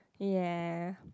ya